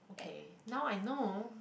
okay now I know